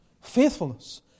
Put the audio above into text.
Faithfulness